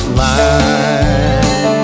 line